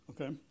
okay